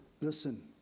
listen